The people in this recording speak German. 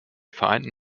vereinten